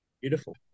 Beautiful